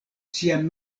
sian